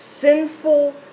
sinful